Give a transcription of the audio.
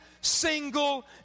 single